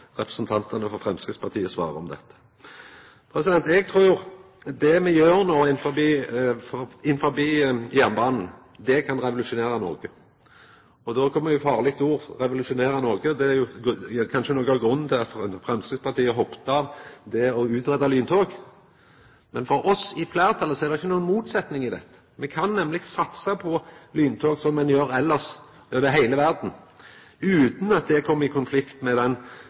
representantane frå Framstegspartiet svarar på dette. Eg trur at det me no gjer innanfor jernbanen, kan revolusjonera Noreg, og då kjem eit farleg ord – revolusjonera Noreg. Det er kanskje noko av grunnen til at Framstegspartiet har hoppa av det med å greia ut lyntog. Men for oss i fleirtalet er det inga motsetning i dette. Me kan nemleg satsa på lyntog som ein gjer elles over heile verda, utan at det kjem i konflikt med bygginga av den